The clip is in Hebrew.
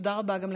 תודה רבה גם לך,